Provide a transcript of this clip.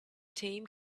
team